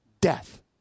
death